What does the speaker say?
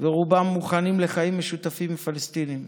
ורובם מוכנים לחיים משותפים עם הפלסטינים.